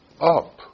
up